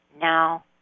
Now